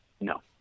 No